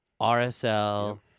RSL